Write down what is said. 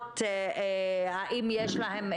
ולכן הם משוחררים